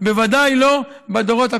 בוודאי לא בדורות הקרובים.